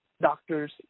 doctors